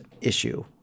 issue